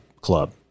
club